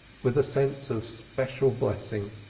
with a sense of special blessing.